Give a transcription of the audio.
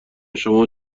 شما